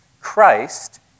Christ